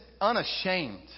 unashamed